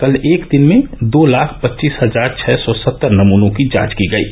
कल एक दिन में दो लाख पच्चीस हजार छः सौ सत्तर नमूनों की जांच की गयी